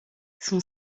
son